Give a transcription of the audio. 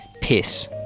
piss